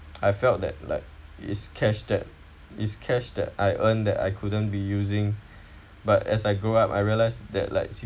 I felt that like is cash that is cash that I earn that I couldn't be using but as I grew up I realise that like